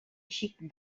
xic